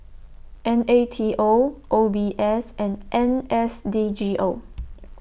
N A T O O B S and N S D G O